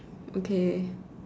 okay